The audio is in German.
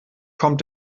kommt